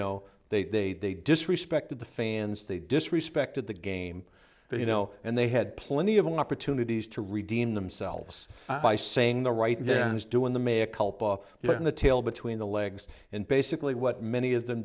know they they disrespected the fans they disrespected the game you know and they had plenty of opportunities to redeem themselves by saying the right there is doing the mayor culpa but in the tail between the legs and basically what many of them